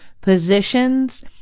Positions